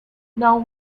now